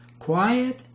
quiet